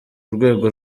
rwego